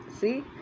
See